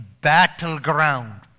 battleground